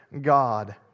God